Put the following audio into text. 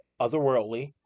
otherworldly